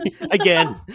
Again